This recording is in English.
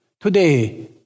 Today